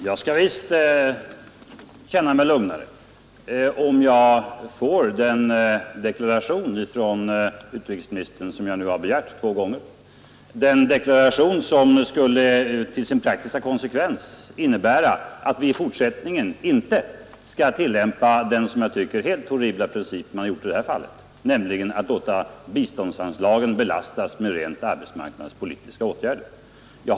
Jag skulle visst känna mig lugnare om jag fick den deklaration från utrikesministern som jag nu har begärt två gånger, den deklaration som till sin praktiska konsekvens skulle innebära att vi i fortsättningen inte skall tillämpa den som jag tycker helt horribla princip som man tillämpat i det här fallet: att låta biståndsanslagen belastas med rent arbetsmarknadspolitiska åtgärder.